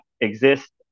exist